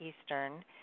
eastern